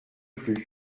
plus